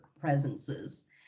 presences